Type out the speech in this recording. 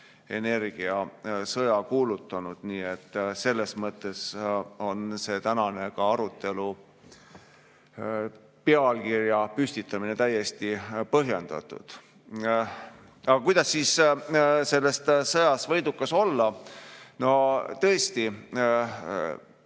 energiasõja kuulutanud, nii et selles mõttes on tänase arutelu pealkiri täiesti põhjendatud. Aga kuidas selles sõjas võidukas olla? No tõesti,